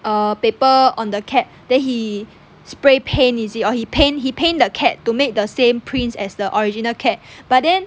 the paper on the cat then he spray paint is it or he paint he paint the cat to make the same prints as the original cat but then